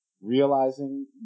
realizing